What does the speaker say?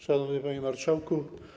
Szanowny Panie Marszałku!